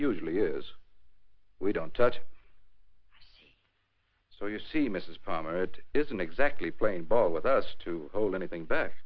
usually is we don't touch so you see mrs palmer it isn't exactly playing ball with us to hold anything back